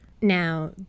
Now